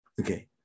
okay